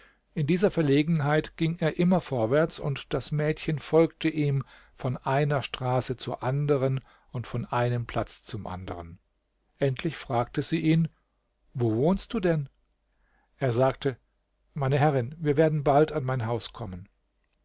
in dieser verlegenheit ging er immer vorwärts und das mädchen folgte ihm von einer straße zur anderen und von einem platz zum andern endlich fragte sie ihn wo wohnst du denn er sagte meine herrin wir werden bald an mein haus kommen